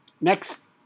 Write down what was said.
Next